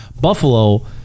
Buffalo